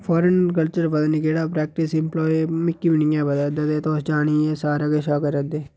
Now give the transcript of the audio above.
foreign culture पता निं केह्ड़ा प्रैक्टिस इंप्लॉय मिगी बी निं ऐ पता तुस जानीं इं'या सारे कशा करा दे